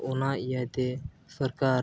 ᱚᱱᱟ ᱤᱭᱟᱹᱛᱮ ᱥᱚᱨᱠᱟᱨ